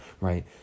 right